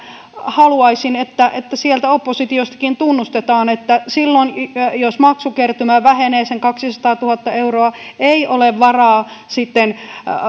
haluaisin että että sieltä oppositiostakin tunnustetaan että silloin jos maksukertymä vähenee sen kaksisataatuhatta euroa ei ole varaa